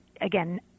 again